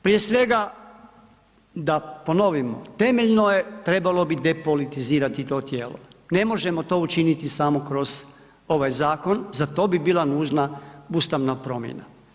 Prije svega da ponovimo, temeljno je, trebalo bi depolitizirati to tijelo, ne možemo to učiniti samo kroz ovaj zakon, za to bi bila nužna ustavna promjena.